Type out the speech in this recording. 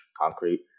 concrete